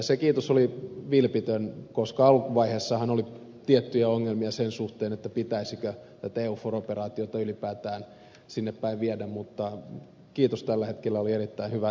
se kiitos oli vilpitön koska alkuvaiheessahan oli tiettyjä ongelmia sen suhteen pitäisikö näitä eufor operaatioita ylipäätään sinnepäin viedä mutta kiitos tällä hetkellä oli erittäin hyvä